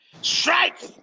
strike